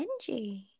Benji